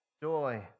joy